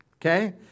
Okay